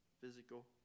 physical